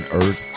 earth